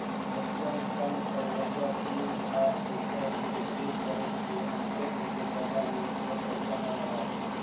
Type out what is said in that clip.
mutual fund करवइया team ह सुग्घर ले देख परेख के अन्ते अन्ते जगहा में तोर पइसा ल लगाहीं